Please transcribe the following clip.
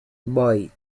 boys